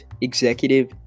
executive